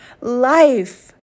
Life